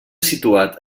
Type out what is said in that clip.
situat